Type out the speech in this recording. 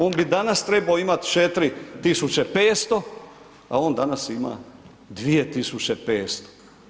On bi danas trebao imati 4500 a on danas ima 2,500.